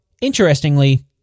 interestingly